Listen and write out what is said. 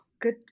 good